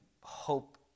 hope